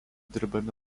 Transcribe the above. dirbami